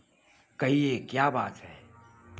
कहिए क्या बात है